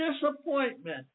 Disappointment